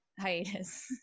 hiatus